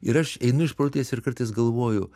ir aš einu išprotėjęs ir kartais galvoju